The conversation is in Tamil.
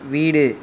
வீடு